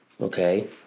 Okay